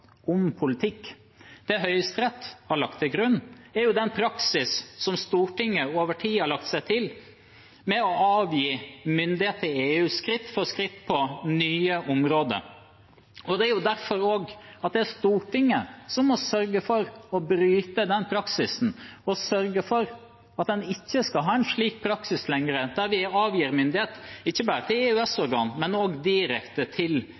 om politikk. Det Høyesterett har lagt til grunn, er den praksis som Stortinget over tid har lagt seg til med å avgi myndighet til EU skritt for skritt på nye områder. Det er derfor det er Stortinget som må sørge for å bryte den praksisen og sørge for at man ikke skal ha en slik praksis lenger, der vi avgir myndighet, ikke bare til EØS-organ, men også direkte til